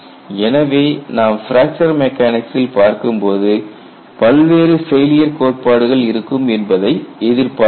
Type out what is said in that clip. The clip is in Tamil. எனவே நாம் பிராக்சர் மெக்கானிக்சில் பார்க்கும்போது பல்வேறு ஃபெயிலியர் கோட்பாடுகள் இருக்கும் என்பதை எதிர்பார்க்கலாம்